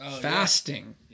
fasting